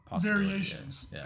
variations